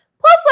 Plus